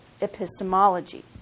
epistemology